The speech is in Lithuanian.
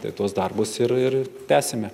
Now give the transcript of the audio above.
tai tuos darbus ir ir tęsime